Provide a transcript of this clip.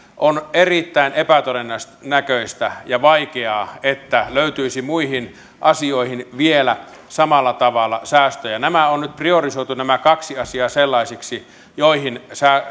on erittäin epätodennäköistä ja vaikeaa että löytyisi muihin asioihin vielä samalla tavalla säästöjä nämä kaksi asiaa on nyt priorisoitu sellaisiksi joihin